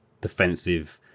defensive